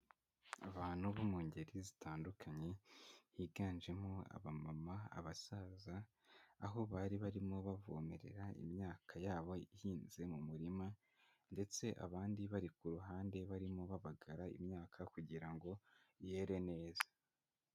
Abantu bo mu ngeri zitandukanye, higanjemo abamama, abasaza, aho bari barimo bavomerera imyaka yabo ihinze mu murima, ndetse abandi bari ku ruhande barimo babagara imyaka kugira ngo yere neza.